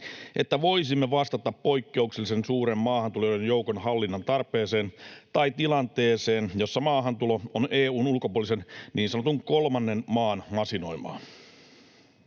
että voisimme vastata poikkeuksellisen suuren maahantulijoiden joukon hallinnan tarpeeseen tai tilanteeseen, jossa maahantulo on EU:n ulkopuolisen, niin sanotun kolmannen maan masinoimaa.